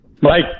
Mike